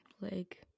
leg